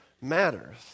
matters